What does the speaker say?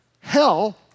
hell